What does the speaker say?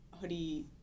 hoodie